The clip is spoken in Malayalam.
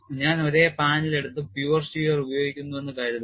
ഞാൻ ഒരേ പാനൽ എടുത്ത് pure shear പ്രയോഗിക്കുന്നുവെന്ന് കരുതുക